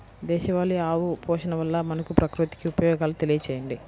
దేశవాళీ ఆవు పోషణ వల్ల మనకు, ప్రకృతికి ఉపయోగాలు తెలియచేయండి?